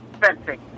fencing